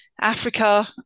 Africa